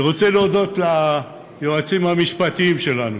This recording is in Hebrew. אני רוצה להודות ליועצים המשפטיים שלנו,